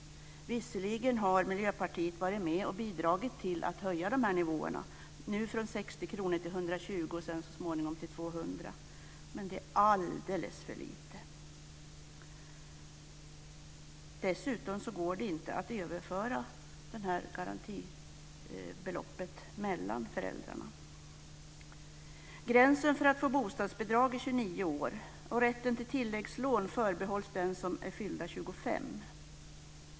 Visserligen har Miljöpartiet varit med och bidragit till att höja de här nivåerna, nu från 60 kr till 120 kr och sedan så småningom till 200 kr, men det är alldeles för lite. Dessutom går det inte att överföra garantibeloppet mellan föräldrarna. Gränsen för att få bostadsbidrag är 29 år, och rätten till tilläggslån förbehålls den som är fyllda 25.